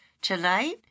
Tonight